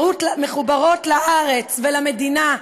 שמחוברות לארץ ולמדינה,